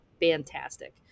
fantastic